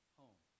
home